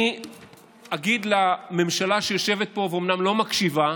אני אגיד לממשלה, שיושבת פה ואומנם לא מקשיבה,